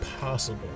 possible